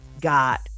got